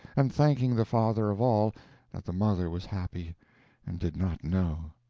and thanking the father of all that the mother was happy and did not know.